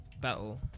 battle